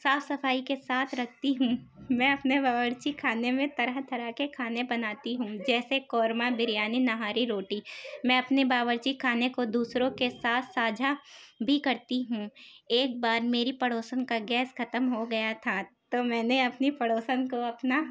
صاف صفائی کے ساتھ رکھتی ہوں میں اپنے باورچی کھانے میں طرح طرح کے کھانے بناتی ہوں جیسے قورمہ بریانی نہاری روٹی میں اپنے باورچی خانے کو دوسروں کے ساتھ ساجھا بھی کرتی ہوں ایک بار میری پڑوسن کا گیس ختم ہو گیا تھا تو میں نے اپنی پڑوسن کو اپنا